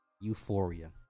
Euphoria